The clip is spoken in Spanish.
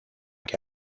que